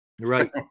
Right